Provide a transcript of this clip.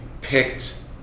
picked